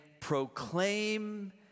proclaim